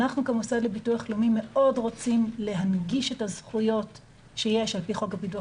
אנחנו מאוד רוצים להנגיש את הזכויות שיש על פי חוק הביטוח